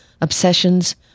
obsessions